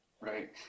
Right